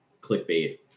clickbait